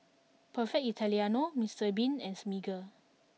Perfect Italiano Mr bean and Smiggle